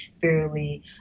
fairly